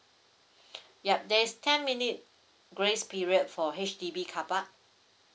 yup that's ten minute grace period for H_D_B car park